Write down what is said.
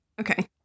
Okay